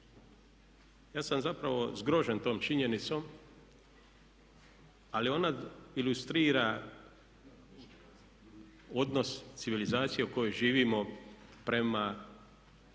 Ja sam zapravo zgrožen tom činjenicom ali ona ilustrira odnos civilizacije u kojoj živimo prema oružju